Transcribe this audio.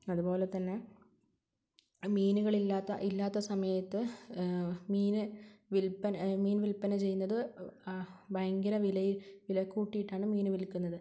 അതുപോലെതന്നെ മീനുകൾ ഇല്ലാത്ത ഇല്ലാത്ത സമയത്ത് മീൻ വിൽപ്പന ചെയ്യുന്നത് ഭയങ്കരം വിലയിൽ വില കൂട്ടിയിട്ടാണ് മീന് വിൽക്കുന്നത്